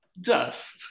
dust